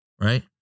right